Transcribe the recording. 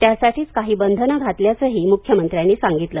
त्यासाठीच काही बंधने घातल्याचंही म्ख्यमंत्र्यांनी सांगितलं